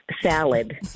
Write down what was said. salad